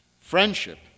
Friendship